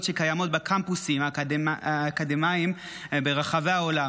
שקיימות בקמפוסים האקדמיים ברחבי העולם,